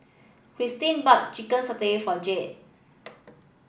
Cristin bought chicken satay for Jade